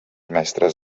mestres